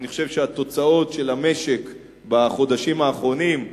אני חושב שהתוצאות של המשק בחודשים האחרונים,